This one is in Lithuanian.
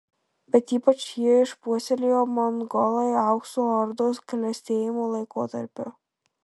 bet ypač jį išpuoselėjo mongolai aukso ordos klestėjimo laikotarpiu